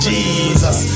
Jesus